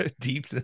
deep